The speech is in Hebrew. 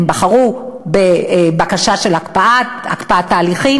הם בחרו בבקשה של הקפאת ההליכים,